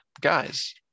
guys